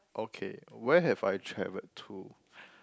okay where have I traveled to